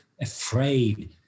afraid